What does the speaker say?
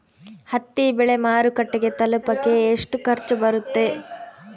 ಹತ್ತಿ ಬೆಳೆ ಮಾರುಕಟ್ಟೆಗೆ ತಲುಪಕೆ ಎಷ್ಟು ಖರ್ಚು ಬರುತ್ತೆ?